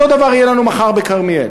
אותו דבר יהיה לנו מחר בכרמיאל.